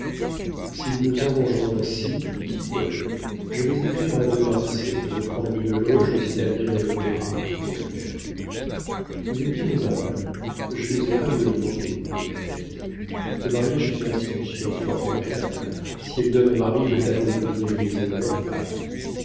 si nous nous arrangeons ainsi dit paul je vais écrire à de marsay de me prendre une loge aux italiens et à l'opéra pour l'hiver vous êtes bien aimable je n'osais pas vous le demander dit natalie le mariage est une institution fort agréable si elle donne aux maris le talent de deviner les désirs de leurs femmes